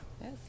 Yes